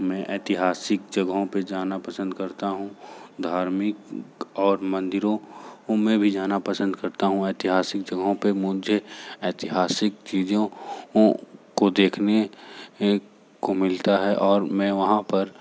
मैं ऐतिहासिक जगहों पर जाना पसंद करता हूँ धार्मिक और मंदिरों में भी जाना पसंद करता हूँ ऐतिहासिक जगहों पर मुझे ऐतिहासिक चीज़ों ओ को देखने को मिलता है और मैं वहाँ पर